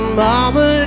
mama